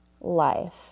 life